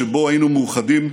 הראשון, שבו היינו מאוחדים,